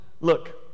look